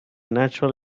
natural